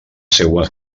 seua